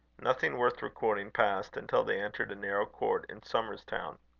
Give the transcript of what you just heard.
nothing worth recording passed until they entered a narrow court in somers town.